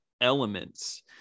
elements